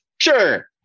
sure